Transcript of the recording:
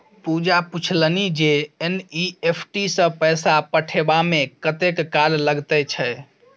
पूजा पूछलनि जे एन.ई.एफ.टी सँ पैसा पठेबामे कतेक काल लगैत छै